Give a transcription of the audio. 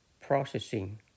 processing